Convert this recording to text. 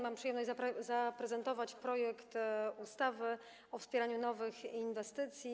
Mam przyjemność zaprezentować projekt ustawy o wspieraniu nowych inwestycji.